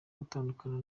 gutandukana